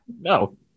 No